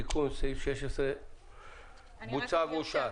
תיקון סעיף 16 בוצע ואושר.